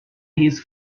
his